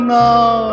now